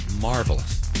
Marvelous